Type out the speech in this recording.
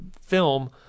film